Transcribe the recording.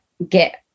Get